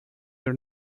your